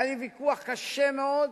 היה לי ויכוח קשה מאוד